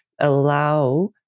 allow